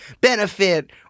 benefit